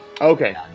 Okay